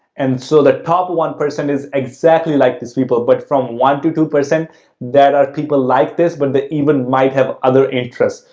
and so the top one percent is exactly like this people, but from one to two, that are people like this, but they even might have other interests.